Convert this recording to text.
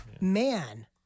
Man